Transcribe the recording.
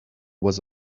was